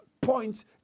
points